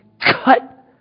cut